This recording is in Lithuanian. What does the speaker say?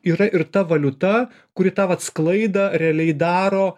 yra ir ta valiuta kuri tą vat sklaidą realiai daro